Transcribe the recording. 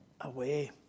away